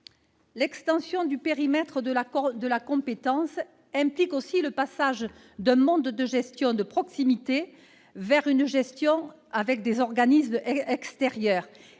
L'extension du périmètre de la compétence implique aussi le passage d'une gestion de proximité à une gestion par des organismes extérieurs.,